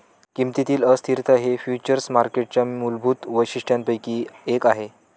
किमतीतील अस्थिरता हे फ्युचर्स मार्केटच्या मूलभूत वैशिष्ट्यांपैकी एक आहे